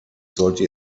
sollte